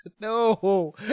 no